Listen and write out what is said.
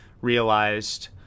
realized